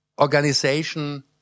organization